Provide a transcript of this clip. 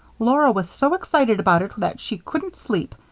laura was so excited about it that she couldn't sleep,